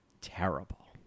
terrible